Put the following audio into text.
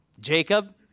Jacob